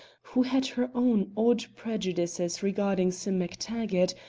who had her own odd prejudices regarding sim mactaggart,